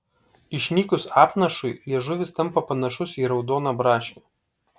išnykus apnašui liežuvis tampa panašus į raudoną braškę